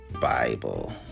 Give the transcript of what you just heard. Bible